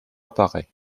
apparaît